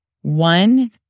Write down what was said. one